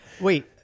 Wait